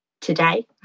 today